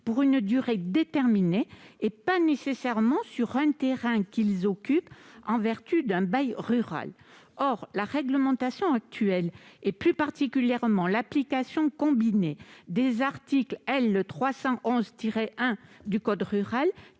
pour une durée déterminée et pas nécessairement sur un terrain qu'ils occupent en vertu d'un bail rural. Or la réglementation actuelle, plus particulièrement l'application combinée des articles du code rural